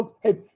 hey